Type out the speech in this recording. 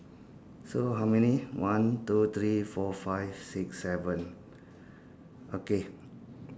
so how many one two three four five six seven okay